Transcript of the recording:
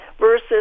versus